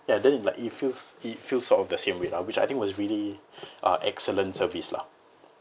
ya then like it feels it feels sort of the same way lah which I think was really uh excellent service lah